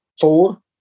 four